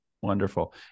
Wonderful